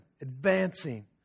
advancing